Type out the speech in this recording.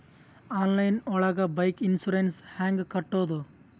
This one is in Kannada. ಆನ್ಲೈನ್ ಒಳಗೆ ಬೈಕ್ ಇನ್ಸೂರೆನ್ಸ್ ಹ್ಯಾಂಗ್ ಕಟ್ಟುದು?